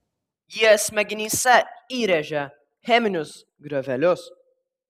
jie smegenyse įrėžia cheminius griovelius